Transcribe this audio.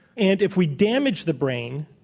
and if we damage the brain,